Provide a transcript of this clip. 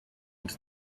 and